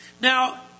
Now